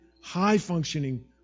high-functioning